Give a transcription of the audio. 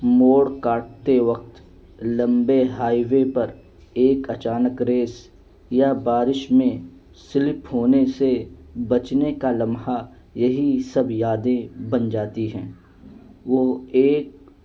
موڑ کاٹتے وقت لمبے ہائی وے پر ایک اچانک ریس یا بارش میں سلپ ہونے سے بچنے کا لمحہ یہی سب یادیں بن جاتی ہیں وہ ایک